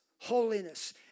holiness